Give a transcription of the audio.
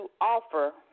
offer